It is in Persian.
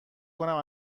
کنم